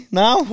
now